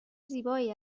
زیبایی